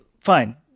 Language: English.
Fine